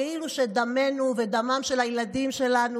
כאילו שדמנו ודמם של הילדים שלנו,